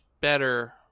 better